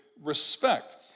respect